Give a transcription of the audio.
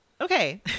Okay